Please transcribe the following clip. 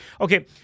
Okay